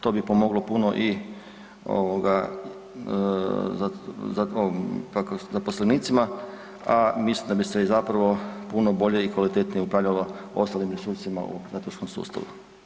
To bi pomoglo puno i ovoga zaposlenicima, a mislim da bi se i zapravo puno bolje i kvalitetnije upravljalo ostalim resursima u zatvorskom sustavu.